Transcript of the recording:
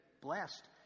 blessed